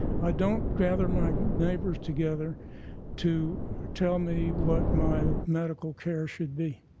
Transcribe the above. i don't gather my neighbours together to tell me what my medical care should be.